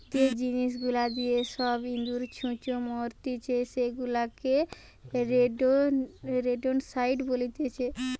যে জিনিস গুলা দিয়ে সব ইঁদুর, ছুঁচো মারতিছে সেগুলাকে রোডেন্টসাইড বলতিছে